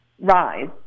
rise